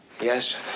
Yes